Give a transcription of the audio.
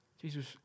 Jesus